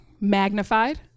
magnified